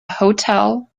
hotel